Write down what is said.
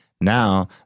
Now